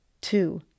two